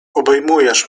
obejmujesz